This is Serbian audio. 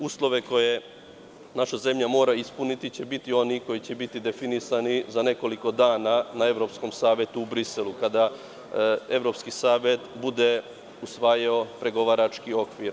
Uslove koje naša zemlja mora ispuniti će biti oni koji će biti definisani za nekoliko dana na Evropskom savetu u Briselu, kada Evropski savet bude usvajao pregovarački okvir.